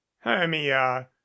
hermia